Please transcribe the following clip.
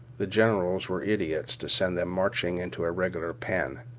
the generals were idiots to send them marching into a regular pen.